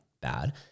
bad